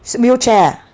wheelchair ah